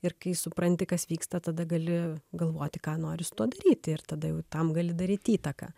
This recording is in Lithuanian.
ir kai supranti kas vyksta tada gali galvoti ką nori su tuo daryti ir tada jau tam gali daryti įtaką